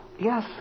Yes